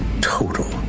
total